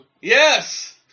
Yes